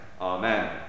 Amen